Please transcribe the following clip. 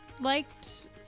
liked